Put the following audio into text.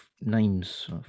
names